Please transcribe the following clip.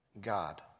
God